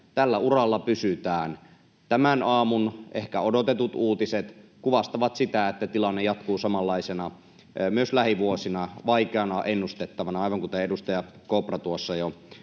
tällä uralla pysytään. Tämän aamun ehkä odotetut uutiset kuvastavat sitä, että tilanne jatkuu samanlaisena myös lähivuosina, vaikeasti ennustettavana, aivan kuten edustaja Kopra tuossa jo